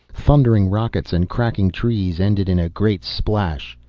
thundering rockets and cracking trees ended in a great splash.